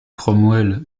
cromwell